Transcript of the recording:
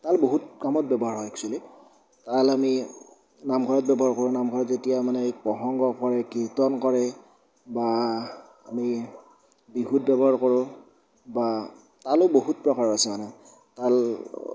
তাল বহুত কামত ব্যৱহাৰ হয় একচুৱেলি তাল আমি নামঘৰত ব্যৱহাৰ কৰোঁ নামঘৰত যেতিয়া মানে প্ৰসংগ কৰে কীৰ্তন কৰে বা আমি বিহুত ব্যৱহাৰ কৰোঁ বা তালো বহুত প্ৰকাৰৰ আছে মানে তাল আগতে খুলীয়া পাৰ্টিত